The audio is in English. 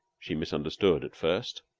she misunderstood at first.